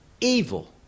evil